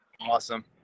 awesome